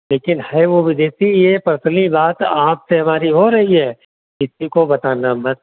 लेकिन है वो विदेशी ये असली बात आप से हमारी हो रही है किसी को बताना मत